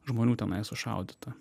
žmonių tenai sušaudyta